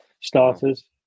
starters